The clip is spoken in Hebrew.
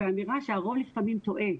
באמירה שהרוב לפעמים טועה,